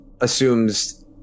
assumes